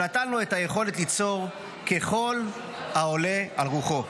שנתן לו את היכולת ליצור ככל העולה על רוחו".